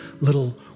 little